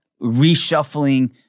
reshuffling